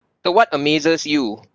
what amazes you